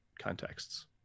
contexts